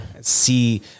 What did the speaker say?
see